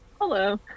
Hello